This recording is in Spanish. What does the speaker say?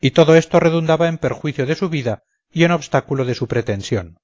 y todo esto redundaba en perjuicio de su vida y en obstáculo de su pretensión